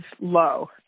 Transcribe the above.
low